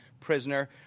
prisoner